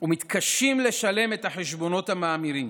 ומתקשים לשלם את החשבונות המאמירים,